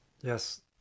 yes